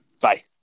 Bye